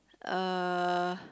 uh